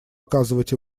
оказывать